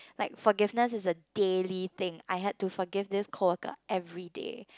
like forgiveness is a daily thing I had to forgive this coworker everyday